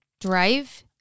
Drive